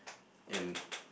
in